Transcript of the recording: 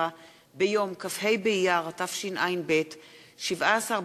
אילן גילאון וניצן הורוביץ,